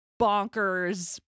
bonkers